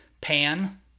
Pan